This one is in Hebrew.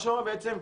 מה שאומר על